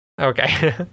Okay